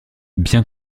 bien